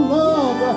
love